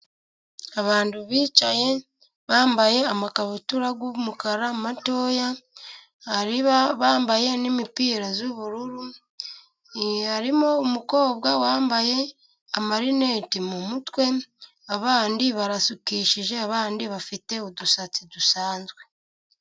Abantu bicaye bambaye amakabutura y'umukara matoya, hari abambaye n'imipira y'ubururu, harimo umukobwa wambaye amarineti mu mutwe, abandi barasukishije, abandi bafite udusatsi dusanzwe.